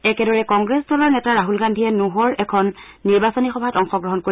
একেদৰে কংগ্ৰেছ দলৰ নেতা ৰাহুল গান্ধীয়ে নুহৰ এখন নিৰ্বাচনী সভাত অংশগ্ৰহণ কৰিব